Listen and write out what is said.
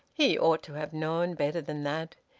he ought to have known better than that.